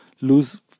lose